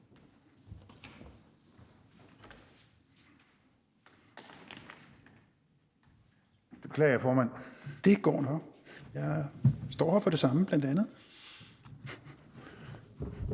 Beklager, formand). Det går nok, jeg står her bl.a. for det samme. Tak. Kl.